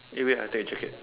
eh wait I take the jacket